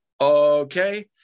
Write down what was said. okay